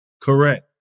Correct